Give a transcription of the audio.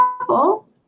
couple